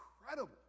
incredible